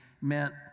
meant